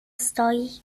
stoi